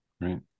right